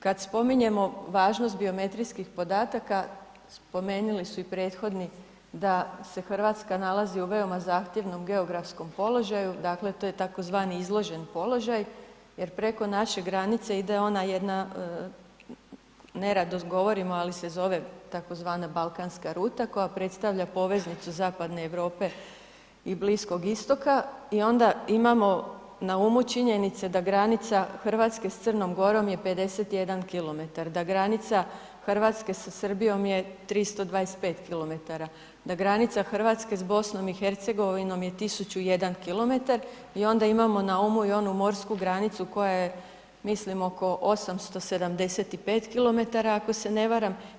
Kad spominjemo važnost biometrijskih podataka, spomenuli su i prethodni da se Hrvatska nalazi u veoma zahtjevnom geografskom položaju, dakle to je tzv. izložen položaj jer preko naše granice ide ona jedna, nerado govorimo, ali se zove tzv. Balkanska ruta koja predstavlja poveznicu Zapadne Europe i Bliskog istoga i ona imamo na umu činjenice da granica Hrvatske s Crnom Gorom je 51 km, da granica Hrvatske sa Srbijom je 325 km, da granica Hrvatske s BiH je 1.001 km i ona imamo na umu i onu morsku granicu koja je mislim oko 875 km ako se ne varam.